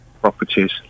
properties